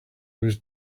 was